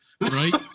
Right